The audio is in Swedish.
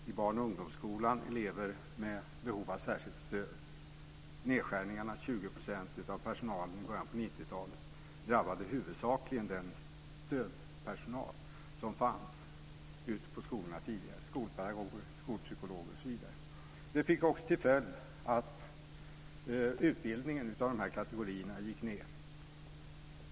I barn och ungdomsskolan är det elever med behov av särskilt stöd. Nedskärningarna om 20 % av personalen i början av 90-talet drabbade huvudsakligen den stödpersonal som fanns ute på skolorna tidigare, skolpedagoger, skolpsykologer osv. Det fick också till följd att utbildningen av de här kategorierna minskade.